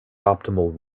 optimal